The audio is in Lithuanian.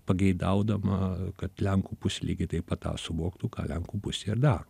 pageidaudama kad lenkų pusė lygiai taip pat tą suvoktų ką lenkų pusė ir daro